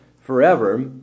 forever